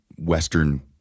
Western